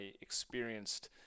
experienced